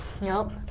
Nope